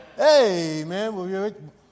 Amen